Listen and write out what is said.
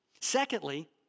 Secondly